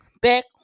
back